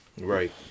Right